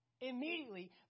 immediately